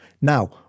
Now